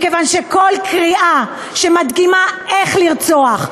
מכיוון שכל קריאה שמדגימה איך לרצוח,